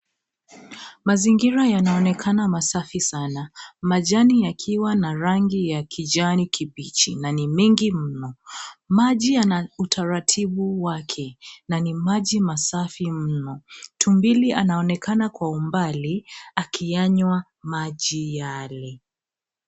Mazingira yanaonekana masafi sana. Majani yakiwa na rangi ya kijani kibichi na ni mengi mno. Maji yana utaratibu wake, na ni maji masafi mno. Tumbili anaonekana kwa umbali, akiyanywa maji yale.